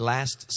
Last